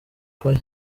choir